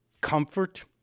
comfort